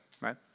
right